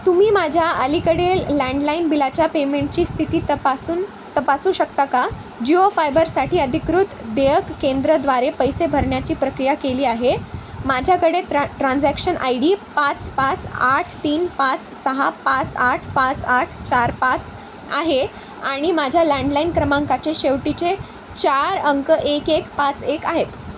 तुम्ही माझ्या अलीकडील लँडलाईन बिलाच्या पेमेंटची स्थिती तपासून तपासू शकता का जिओ फायबरसाठी अधिकृत देयक केंद्राद्वारे पैसे भरण्याची प्रक्रिया केली आहे माझ्याकडे ट्रा ट्रान्झॅक्शन आय डी पाच पाच आठ तीन पाच सहा पाच आठ पाच आठ चार पाच आहे आणि माझ्या लँडलाईन क्रमांकाचे शेवटचे चार अंक एक एक पाच एक आहेत